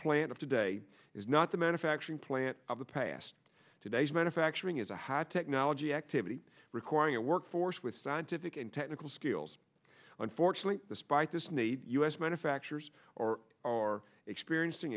plant of today is not the manufacturing plant of the past today's manufacturing is a high technology activity requiring a workforce with scientific and technical skills unfortunately despite this need u s manufacturers or are experiencing